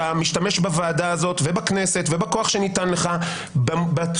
אתה משתמש בוועדה הזאת ובכנסת ובכוח שניתן לך בצורה